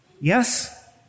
yes